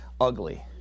ugly